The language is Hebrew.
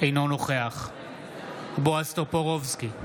אינו נוכח בועז טופורובסקי,